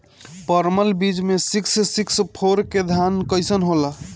परमल बीज मे सिक्स सिक्स फोर के धान कईसन होला?